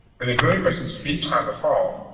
but you know the person speaks on the phone,